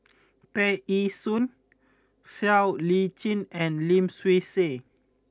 Tear Ee Soon Siow Lee Chin and Lim Swee Say